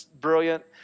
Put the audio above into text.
brilliant